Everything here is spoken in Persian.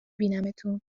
بینمتون